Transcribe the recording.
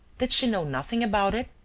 did she know nothing about it?